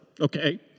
okay